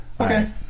Okay